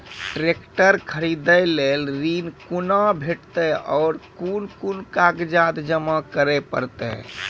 Tractor खरीदै लेल ऋण कुना भेंटते और कुन कुन कागजात जमा करै परतै?